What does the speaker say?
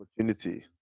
opportunity